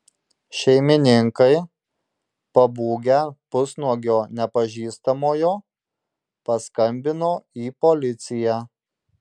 šeimininkai pabūgę pusnuogio nepažįstamojo paskambino į policiją